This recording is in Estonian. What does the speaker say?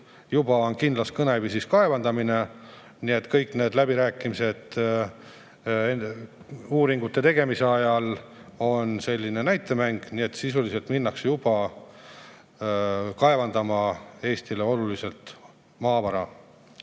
Juba on kindlas kõneviisis "kaevandamine". Nii et kõik need läbirääkimised nende uuringute tegemise ajal on selline näitemäng, sest sisuliselt minnakse juba kaevandama Eestile olulist maavara.